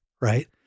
right